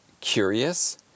curious